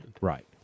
Right